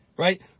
Right